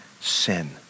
sin